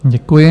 Děkuji.